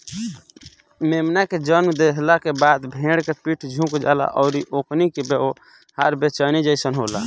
मेमना के जनम देहला के बाद भेड़ के पीठ झुक जाला अउरी ओकनी के व्यवहार बेचैनी जइसन होला